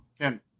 Ken